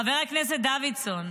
חבר הכנסת דוידסון,